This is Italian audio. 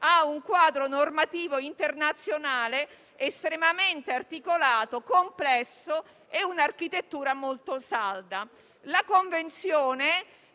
a un quadro normativo internazionale estremamente articolato e complesso, con un'architettura molto salda. È importante